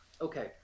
okay